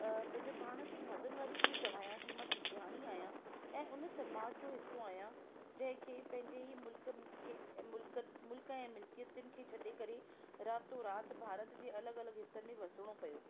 अ पंहिंजे पाण खे भागनि वारी थी चवायां की मां सिंधयाणी आहियां ऐं उन समाज जो हिस्सो आहियां जंहिंखे पंहिंजे ई मुल्क़नि खे मिल्कत मुल्क़ ऐं मिल्कतयनि खे छॾे करे रातो राति भारत जे अलॻि अलॻि हिस्सनि में वसिणो पियो